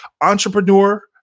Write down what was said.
entrepreneur